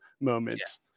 moments